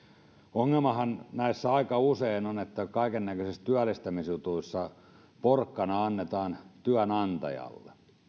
ongelmahan näissä aika usein on että kaikennäköisissä työllistämisjutuissa porkkana annetaan työnantajalle